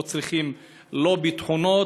לא צריכים לא ביטחונות,